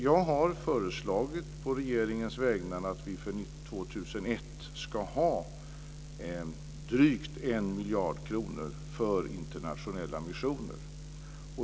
Jag har å regeringens vägnar föreslagit att vi för år 2001 ska ha drygt en miljard kronor för internationella missioner.